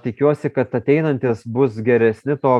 tikiuosi kad ateinantys bus geresni to